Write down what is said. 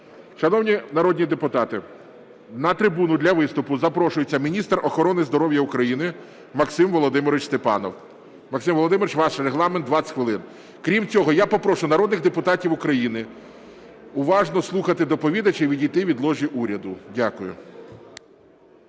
Шановні народні депутати, на трибуну для виступу запрошується міністр охорони здоров'я України Максим Володимирович Степанов. Максим Володимирович, ваш регламент – 20 хвилин. Крім цього я попрошу народних депутатів України уважно слухати доповідача і відійти від ложі уряду. Дякую.